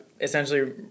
essentially